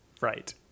Right